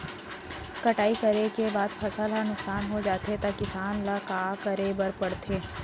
कटाई करे के बाद फसल ह नुकसान हो जाथे त किसान ल का करे बर पढ़थे?